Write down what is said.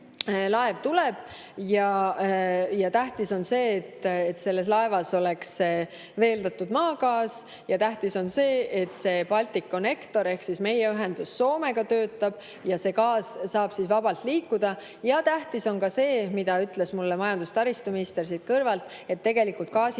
laev tuleb. Tähtis on see, et selles laevas oleks veeldatud maagaas, ja tähtis on see, et Balticconnector ehk meie ühendus Soomega töötab ja gaas saab vabalt liikuda. Tähtis on ka see, mida ütles mulle majandus‑ ja taristuminister siit kõrvalt, et nii Soome kui